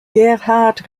gerhard